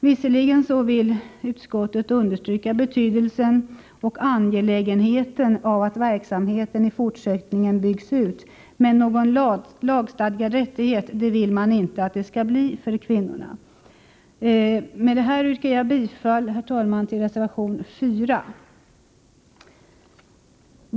Visserligen vill utskottet understryka betydelsen och angelägenheten av att verksamheten i fortsättningen byggs ut, men någon lagstadgad rättighet vill man inte att det skall bli för kvinnorna. Herr talman! Med det här yrkar jag bifall till reservation 4.